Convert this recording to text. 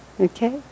Okay